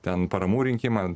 ten paramų rinkimą